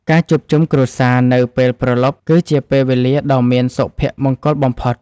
ការជួបជុំគ្រួសារនៅពេលព្រលប់ គឺជាពេលវេលាដ៏មានសុភមង្គលបំផុត។